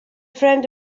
friend